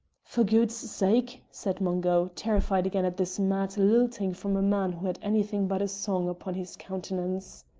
for gude sake! said mungo, terrified again at this mad lilting from a man who had anything but song upon his countenance.